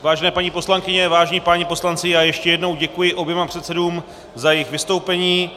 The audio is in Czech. Vážené paní poslankyně, vážení páni poslanci, ještě jednou děkuji oběma předsedům za jejich vystoupení.